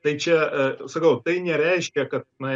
tai čia sakau tai nereiškia kad na